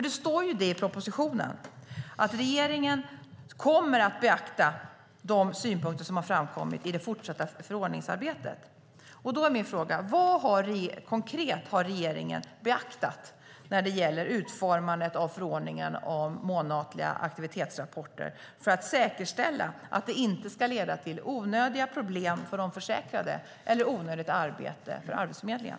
Det står ju i propositionen att regeringen kommer att beakta de synpunkter som har framkommit i det fortsatta förordningsarbetet. Då är min fråga: Vad konkret har regeringen beaktat när det gäller utformandet av förordningen om månatliga aktivitetsrapporter för att säkerställa att det inte ska leda till onödiga problem för de försäkrade eller onödigt arbete för Arbetsförmedlingen?